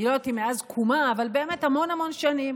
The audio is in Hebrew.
אני לא יודע אם מאז קומה אבל באמת המון המון שנים.